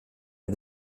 der